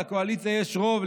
לקואליציה יש רוב,